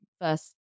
first